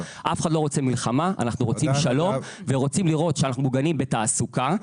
אנחנו רוצים שלום ורוצים לראות שאנחנו מוגנים בתעסוקה,